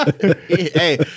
hey